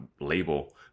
label